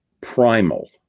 primal